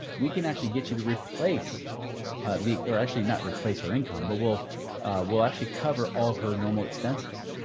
we can actually get you to replace the, or actually not replace her income. but we'll we'll actually cover all of her normal expenses.